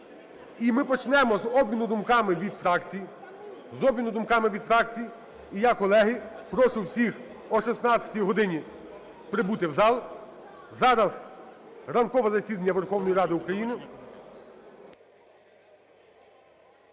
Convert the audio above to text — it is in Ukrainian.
від фракцій, з обміну думками від фракцій. І я, колеги, прошу всіх о 16 годині прибути в зал. Зараз ранкове засідання Верховної Ради України…